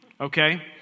okay